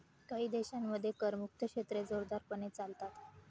काही देशांमध्ये करमुक्त क्षेत्रे जोरदारपणे चालतात